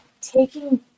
taking